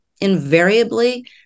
invariably